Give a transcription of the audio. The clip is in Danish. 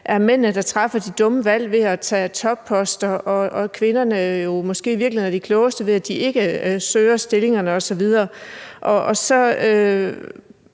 er mændene, der træffer de dumme valg ved at tage topposter, og at kvinderne måske i virkeligheden er de klogeste, ved at de ikke søger stillingerne osv.,